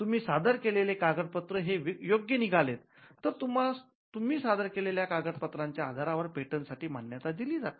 तुम्ही सादर केलेले कागद पत्र हे योग्य निघाले तर तुम्हाला तुम्ही सादर केलेल्या कागदपत्रां च्या आधारावर पेटंटसाठी मान्यता दिली जाते